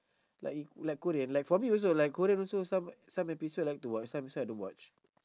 like like korean like for me also like korean also some some episode I like to watch some episode I don't watch